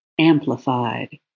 amplified